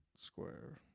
Square